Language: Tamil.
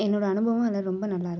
என்னோடய அனுபவம் அதில் ரொம்ப நல்லாயிருக்கு